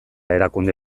erakunde